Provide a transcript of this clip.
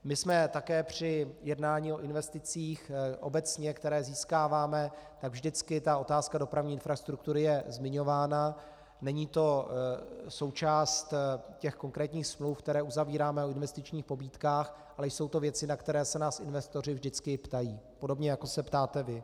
My jsme také při jednání o investicích obecně, které získáváme, tak vždycky je ta otázka dopravní infrastruktury zmiňována, není to součást konkrétních smluv, které uzavíráme o investičních pobídkách, ale jsou to věci, na které se nás investoři vždycky ptají podobně, jako se ptáte vy.